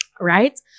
right